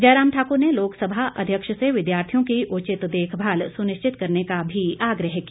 जयराम ठाकुर ने लोकसभा अध्यक्ष से विद्यार्थियों की उचित देखभाल सुनिश्चित करने का भी आग्रह किया